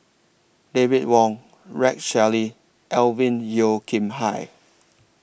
David Wong Rex Shelley Alvin Yeo Khirn Hai